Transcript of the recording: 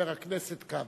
חבר הכנסת כבל.